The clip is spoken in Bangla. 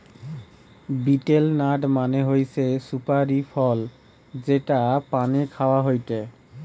বিটেল নাট মানে হৈসে সুপারি ফল যেটা পানে খাওয়া হয়টে